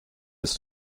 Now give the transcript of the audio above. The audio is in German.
ist